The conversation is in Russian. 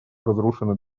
разрушены